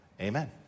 Amen